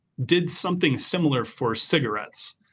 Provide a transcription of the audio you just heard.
did something similar for cigarettes.